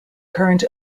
current